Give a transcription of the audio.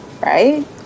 right